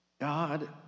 God